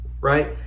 right